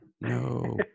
No